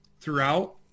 throughout